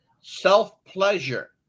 self-pleasure